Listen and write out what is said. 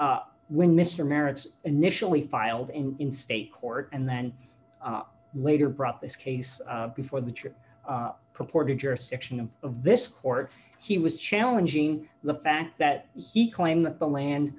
when mr maritz initially filed in in state court and then later brought this case before the trip purported jurisdiction of of this court he was challenging the fact that he claimed that the land